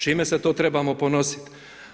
Čime se to trebamo ponositi?